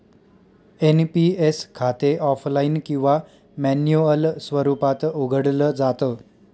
NPS खाते offline किंवा manual स्वरूपात उघडलं जात